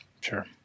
Sure